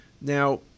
Now